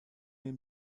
ihm